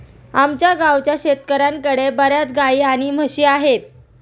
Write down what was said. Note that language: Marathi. आमच्या गावाच्या शेतकऱ्यांकडे बर्याच गाई आणि म्हशी आहेत